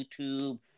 youtube